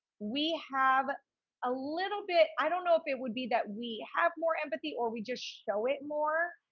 we have a little bit, i don't know if it would be that we have more empathy or we just show it more.